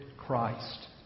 Christ